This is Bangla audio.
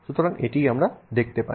সুতরাং এটি আমরা দেখতে পাই